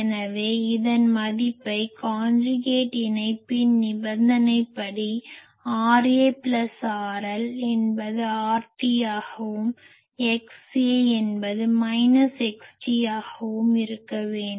எனவே இதன் மதிப்பை காஞ்சுகேட் இணைப்பின் நிபந்தனை படி RARL என்பது RT ஆகவும் XA என்பது XT ஆகவும் இருக்க வேண்டும்